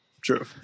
True